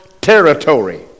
territory